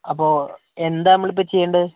അപ്പോൾ എന്താ നമ്മളിപ്പോൾ ചെയ്യേണ്ടത്